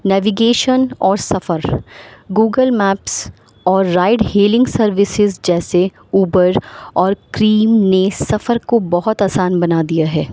navigation اور سفر Google Maps اور رائڈ ہیلنگ سروسز جیسے اوبر اور کریم نے سفر کو بہت آسان بنا دیا ہے